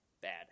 Bad